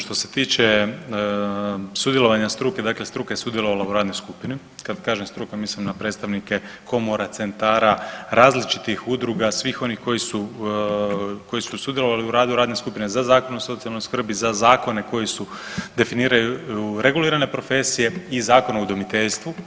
Što se tiče sudjelovanja struke, dakle struka je sudjelovala u radnoj skupini, kad kažem struka, mislim na predstavnike komora, centara, različitih udruga, svih onih koji su sudjelovali u radu radne skupine za Zakon o socijalnoj skrbi, za zakone koji su, definiraju regulirane profesije i Zakon o udomiteljstvu.